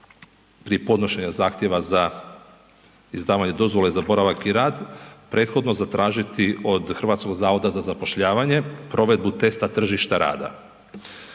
prije podnošenja zahtjeva za izdavanje dozvole za boravak i rad prethodno zatražiti od HZZ provedbu testa tržišta rada.